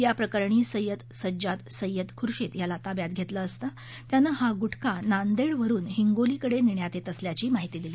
या प्रकरणी सय्यद सज्जाद सय्यद खुर्शिद याला ताब्यात घेतलं असता त्यानं हा गुटखा नांदेडवरून हिंगोलीकडे नेण्यात येत असल्याची माहिती दिली